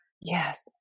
Yes